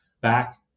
back